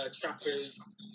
trappers